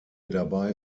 dabei